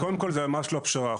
קודם כל זה ממש לא פשרה.